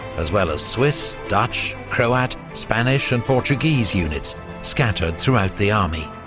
as well as swiss, dutch, croat, spanish and portuguese units scattered throughout the army.